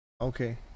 Okay